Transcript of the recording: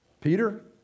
Peter